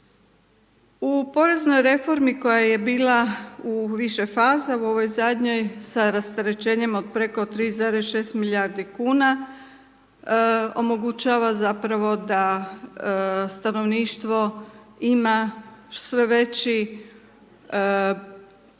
U poreznoj reformi koja je bila u više faza u ovoj zadnjoj sa rasterećenjem od preko 3,6 milijardi kuna omogućava zapravo da stanovništvo ima sve veći potencijal